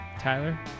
Tyler